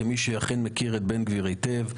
כמי שאכן מכיר את בן גביר היטב,